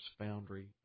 Foundry